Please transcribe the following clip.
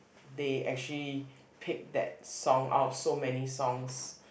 they actually pick that song out of so many songs